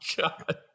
God